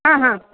हां हां